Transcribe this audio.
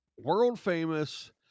world-famous